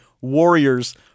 Warriors